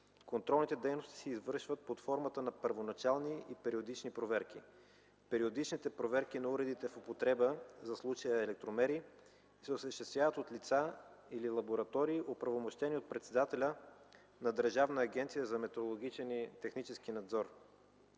Контролните дейности се извършват под формата на първоначални и периодични проверка. Периодичните проверки на уредите в употреба – за случая, електромери, се осъществят от лица или лаборатории, оправомощени от председателя на Държавна агенция за метрологичен и технически надзор.